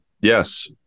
Yes